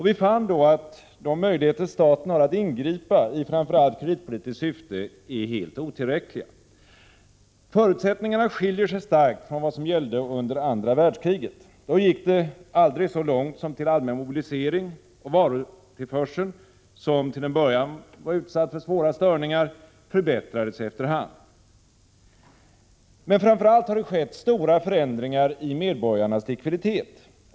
Vi fann då att de möjligheter staten har att ingripa i framför allt kreditpolitiskt syfte är helt otillräckliga. Förutsättningarna skiljer sig starkt från vad som gällde under andra världskriget. Då gick det aldrig så långt som till allmän mobilisering, och varutillförseln, som till en början var utsatt för svåra störningar, förbättrades efter hand. Men framför allt har det skett stora förändringar i medborgarnas likviditet.